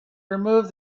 remove